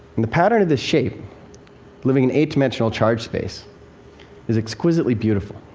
the pattern of this shape living in eight-dimensional charge space is exquisitely beautiful,